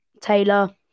Taylor